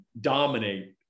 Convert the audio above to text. dominate